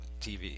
tv